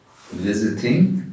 visiting